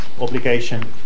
obligation